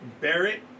Barrett